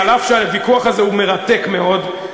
אף שהוויכוח הזה מרתק מאוד,